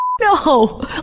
no